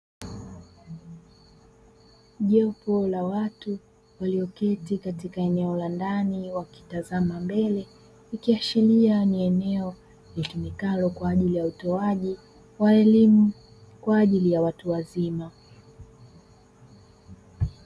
Jopo la watu walioketi katika eneo la ndani wakitazama mbele, ikiashiria ni eneo litumikalo kwa ajili ya utoaji wa elimu ya watu wazima.